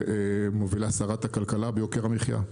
שמובילה שרת הכלכלה ביוקר המחייה.